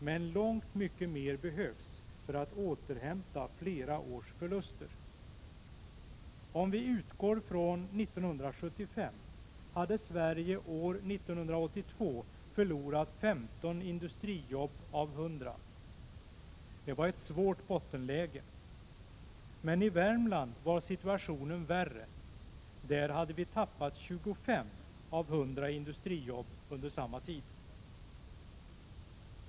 Men långt mer behövs för att återhämta flera års förluster. Om vi utgår från 1975 finner vi att Sverige år 1982 hade förlorat 15 industrijobb av 100. Det var ett svårt bottenläge. Men i Värmland var situationen värre. Där hade vi tappat 25 av 100 industrijobb under samma tid.